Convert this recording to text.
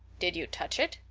did you touch it?